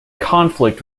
conflict